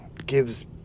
gives